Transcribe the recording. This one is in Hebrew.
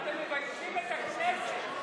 אתם מביישים את הכנסת.